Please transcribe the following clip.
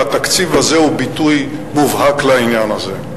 והתקציב הזה הוא ביטוי מובהק לעניין הזה.